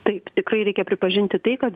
taip tikrai reikia pripažinti tai kad